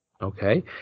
Okay